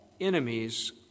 enemies